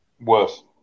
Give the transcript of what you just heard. Worse